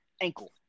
ankle